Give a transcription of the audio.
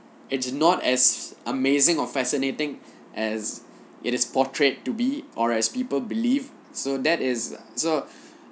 it's not as amazing or fascinating as it is portrayed to be or as people believe so that is so